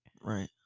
Right